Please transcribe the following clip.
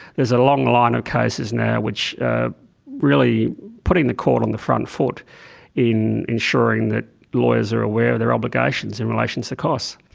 there's a long line of cases now which really putting the court on the front foot in insuring that lawyers are aware of their obligations in relation to costs.